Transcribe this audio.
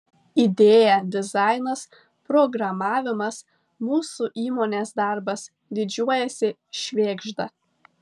idėja dizainas programavimas mūsų įmonės darbas didžiuojasi švėgžda